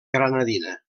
granadina